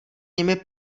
nimi